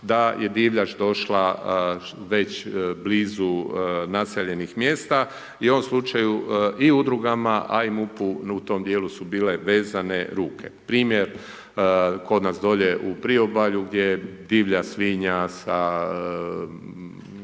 da je divljač došla već blizu naseljenih mjesta i u ovom slučaju i udrugama a i MUP-u u tom dijelu su bile vezane ruke. Primjer kod nas dolje u priobalju gdje divlja svinja sa